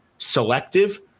selective